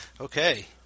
Okay